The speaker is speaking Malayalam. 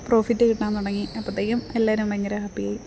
പ്രോഫിറ്റ് കിട്ടാൻ തുടങ്ങി അപ്പത്തേക്കും എല്ലാവരും ഭയങ്കര ഹാപ്പിയായി